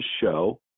show